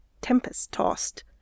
tempest-tossed